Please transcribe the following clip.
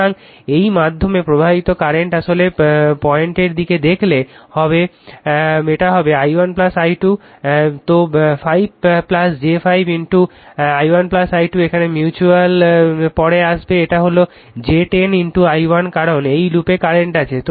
সুতরাং এই মাধ্যমে প্রবাহিত কারেন্ট আসলে পয়েন্টার দিকে দেখলে এটা হবে i1 i2 So 5 j 5 i1 i2 এখন মিউচুয়াল পরে আসবে এটা হলো j 10 i1 কারণ এই লুপে কারেন্ট আছে